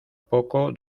poco